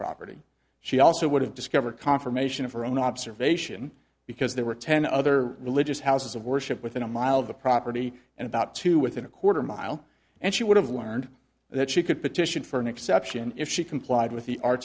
property she also would have discovered confirmation of her own observation because there were ten other religious houses of worship within a mile of the property and about to within a quarter mile and she would have learned that she could petition for an exception if she complied with the